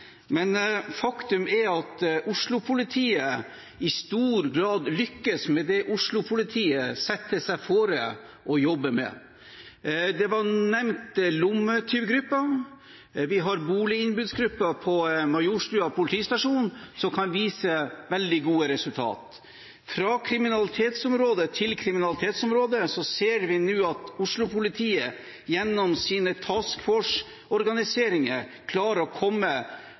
men faktum er at Oslo-politiet i stor grad lykkes med det Oslo-politiet setter seg fore å jobbe med. Det var nevnt lommetyvgruppene, og vi har boliginnbruddsgruppen på Majorstua politistasjon, som kan vise til veldige gode resultater. Fra kriminalitetsområde til kriminalitetsområde ser vi nå at Oslo-politiet gjennom sine «task force»-organiseringer klarer å komme